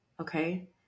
okay